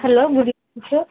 hello good evening sir